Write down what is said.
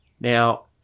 Now